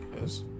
Yes